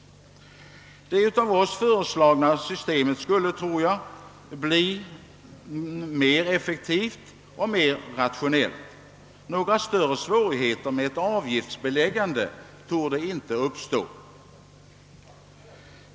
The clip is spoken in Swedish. Det av oss föreslagna systemet skulle, tror jag, bli mera effektivt och mera rationellt. Några större svårigheter i fråga om avgiftsbeläggandet torde inte uppstå.